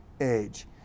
age